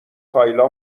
کایلا